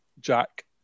jack